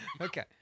Okay